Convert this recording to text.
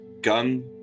gun